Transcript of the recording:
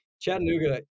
Chattanooga